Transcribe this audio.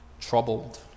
troubled